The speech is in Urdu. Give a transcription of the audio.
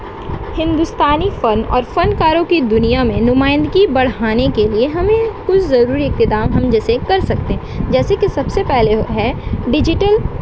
ہندوستانی فن اور فنکاروں کی دنیا میں نمائندگی بڑھانے کے لیے ہمیں کچھ ضروری اقتدام ہم جیسے کر سکتے ہیں جیسے کہ سب سے پہلے ہے ڈیجیٹل